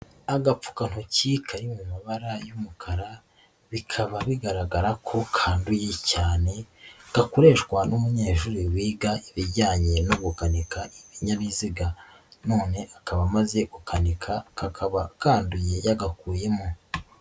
Agapfukantoki kari mu mabara y'umukara bikaba bigaragara ko kanduye cyane gakoreshwa n'umunyeshuri wiga ibijyanye no gukanika ibinyabiziga none akaba amaze gukanika kakaba kandiduye yagakuyemo.